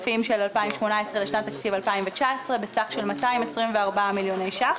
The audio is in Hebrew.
התקציב 2018 לשנת התקציב 2019 בסך של 224 מיליון שקלים.